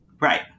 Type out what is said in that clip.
Right